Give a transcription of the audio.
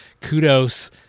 kudos